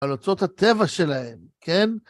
על אוצרות הטבע שלהם, כן?